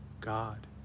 God